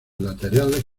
laterales